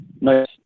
nice